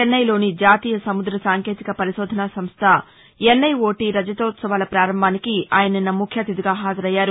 చెన్నైలోని జాతీయ సముద్ర సాంకేతిక పరిశోధనా సంస్ల ఎన్ఐవోటీ రజతోత్సవాల ప్రారంభానికి ఆయన నిన్న ముఖ్య అతిథిగా హాజరయ్యారు